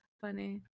funny